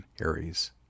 Aries